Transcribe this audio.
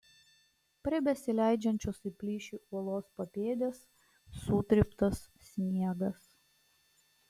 prie besileidžiančios į plyšį uolos papėdės sutryptas sniegas